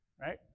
right